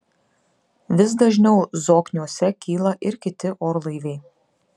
vis dažniau zokniuose kyla ir kiti orlaiviai